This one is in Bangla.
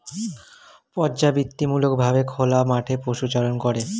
পর্যাবৃত্তিমূলক ভাবে খোলা মাঠে পশুচারণ করে